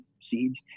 seeds